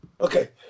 Okay